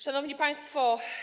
Szanowni Państwo!